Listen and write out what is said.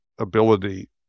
ability